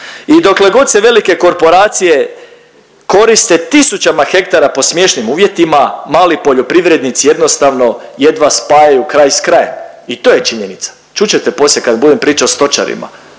I dokle god se velike korporacije koriste tisućama hektara po smiješnim uvjetima mali poljoprivrednici jednostavno jedva spajaju kraj s krajem i to je činjenica. Čut ćete poslije kad budem pričao o stočarima,